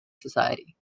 society